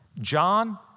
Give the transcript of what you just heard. John